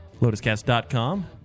LotusCast.com